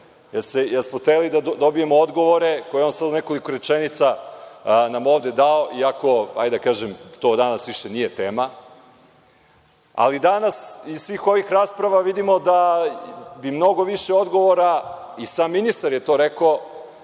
jer smo hteli da dobijemo odgovore koje je on sada u nekoliko rečenica nam ovde dao, iako hajde da kažem, to danas više nije tema. Ali, danas iz svih ovih rasprava vidimo da bi mnogo više odgovora, i sam ministar je to rekao,